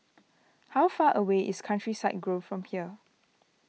how far away is Countryside Grove from here